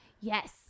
Yes